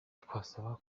twasaba